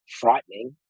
frightening